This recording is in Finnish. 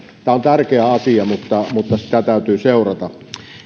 tämä on tärkeä asia mutta mutta sitä täytyy seurata